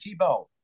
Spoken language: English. Tebow